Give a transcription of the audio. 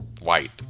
White